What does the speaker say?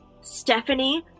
Stephanie